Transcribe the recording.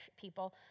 people